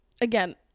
Again